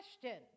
question